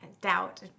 doubt